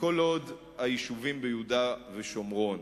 כל עוד היישובים ביהודה ושומרון,